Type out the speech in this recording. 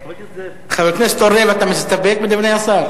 חבר הכנסת אורלב, אתה מסתפק בדברי השר?